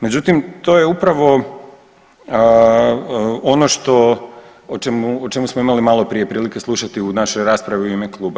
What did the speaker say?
Međutim, to je upravo ono što, o čemu smo imali malo prije prilike slušati u našoj raspravi u ime kluba.